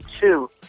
two